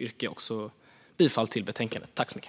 yrkar bifall till utskottets förslag.